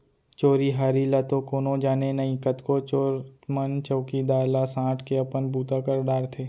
चोरी हारी ल तो कोनो जाने नई, कतको चोर मन चउकीदार ला सांट के अपन बूता कर डारथें